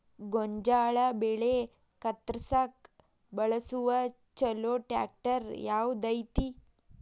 ಗೋಂಜಾಳ ಬೆಳೆ ಕತ್ರಸಾಕ್ ಬಳಸುವ ಛಲೋ ಟ್ರ್ಯಾಕ್ಟರ್ ಯಾವ್ದ್ ಐತಿ?